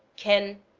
can,